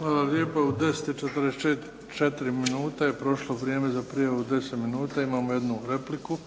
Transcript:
Hvala lijepo. U 10:44 minute je prošlo vrijeme za prijavu 10 minuta. Imamo jednu repliku,